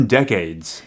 decades